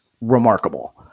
remarkable